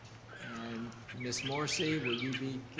and ms. morrissey, will you be